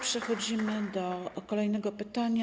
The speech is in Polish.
Przechodzimy do kolejnego pytania.